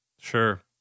Sure